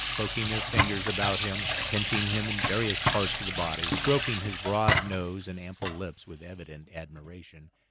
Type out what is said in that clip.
poking their fingers about him, pinching him in various parts of the body, stroking his broad nose and ample lips with evident admiration,